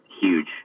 huge